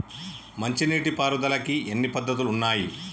మంచి నీటి పారుదలకి ఎన్ని పద్దతులు ఉన్నాయి?